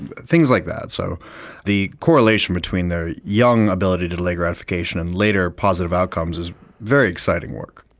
things like that. so the correlation between their young ability to delay gratification and later positive outcomes is very exciting work.